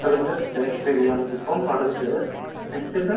சொல்லுங்கள் சார் பெரியாங்குப்பம் வடக்கு தெரு நெக்ஸ்ட் சார்